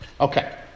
Okay